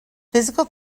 physical